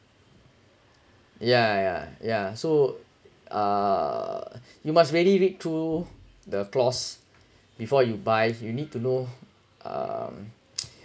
yeah yeah yeah so uh you must really read trough the clause before you buy you need to know uh mm